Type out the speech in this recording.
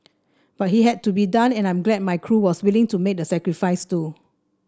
but he had to be done and I'm glad my crew was willing to make the sacrifice too